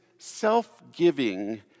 Self-giving